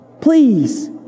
please